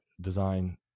design